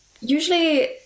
Usually